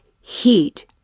heat